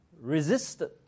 resisted